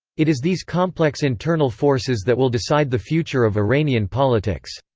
it is these complex internal forces that will decide the future of iranian politics.